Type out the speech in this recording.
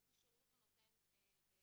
איזה שירות הוא נותן לילדים